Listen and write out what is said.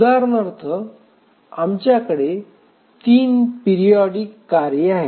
उदाहरणार्थ आमच्याकडे 3 पिरिऑडिक कार्ये आहेत